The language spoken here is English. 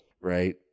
right